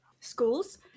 schools